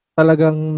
talagang